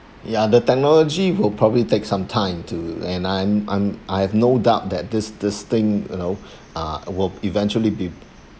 ya the technology will probably take some time to and I'm I'm I have no doubt that this this thing you know uh will eventually be